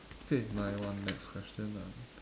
okay my one next question ah